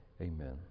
Amen